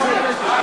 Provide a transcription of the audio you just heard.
טוב,